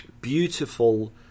beautiful